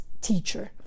teacher